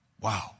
Wow